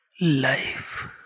life